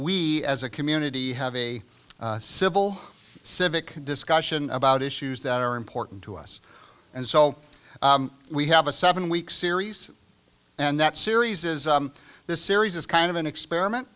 we as a community have a civil civic discussion about issues that are important to us and so we have a seven week series and that series is this series is kind of an experiment